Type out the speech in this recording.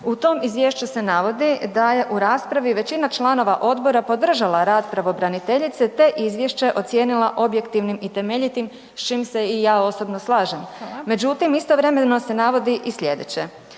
U tom izvješću se navodi da je u raspravi većina članova odbora podržala rad pravobraniteljice te izvješće ocijenila objektivnim i temeljitim s čim se i ja osobno slažem međutim istovremeno se navodi i slijedeće.